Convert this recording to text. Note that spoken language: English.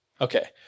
Okay